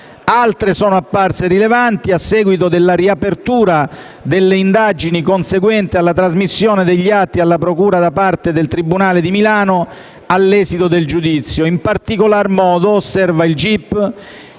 altre sono apparse rilevanti a seguito della riapertura delle indagini conseguente alla trasmissione degli atti alla procura da parte del tribunale di Milano all'esito del giudizio. In particolar modo - osserva il